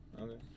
Okay